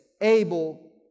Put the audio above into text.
able